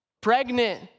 pregnant